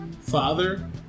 father